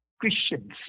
Christians